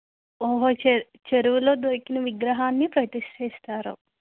చె చెరువులో దొరికిన విగ్రహాన్ని ప్రతిష్టిస్తారు